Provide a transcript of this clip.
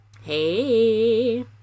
Hey